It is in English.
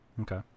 Okay